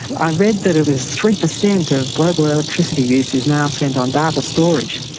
i read that it was three percent of global electricity use is now spent on data storage.